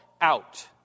out